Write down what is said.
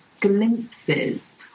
glimpses